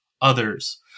others